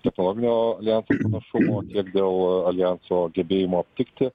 technologinio aljanso pranašumo tiek dėl aljanso gebėjimo aptikti